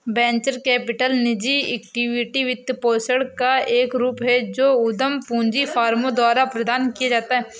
venture capital निजी equity वित्तपोषण का एक रूप है जो उद्यम पूंजी फर्मों द्वारा प्रदान किया जाता है